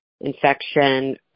infection